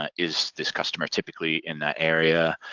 ah is this customer typically in that area?